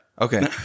okay